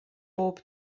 bob